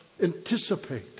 anticipate